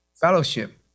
fellowship